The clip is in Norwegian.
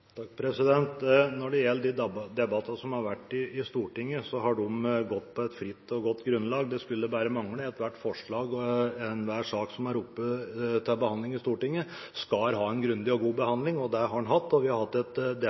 Når det gjelder de debattene som har vært i Stortinget, har de gått på et fritt og godt grunnlag – det skulle bare mangle. Ethvert forslag og enhver sak som er oppe til behandling i Stortinget, skal ha en grundig og god behandling. Det har en hatt, og vi har hatt et